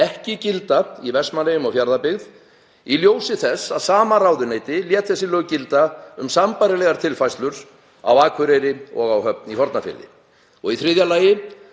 ekki gilda í Vestmannaeyjum og Fjarðabyggð í ljósi þess að sama ráðuneyti lét þau lög gilda um sambærilegar tilfærslur á Akureyri og á Höfn í Hornafirði? Og í þriðja lagi: